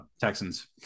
Texans